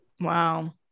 Wow